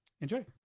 enjoy